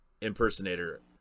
impersonator